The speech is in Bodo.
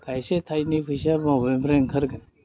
थाइसे थाइनै फैसा बबेनिफ्राय ओंखारगोन